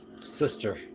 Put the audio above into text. sister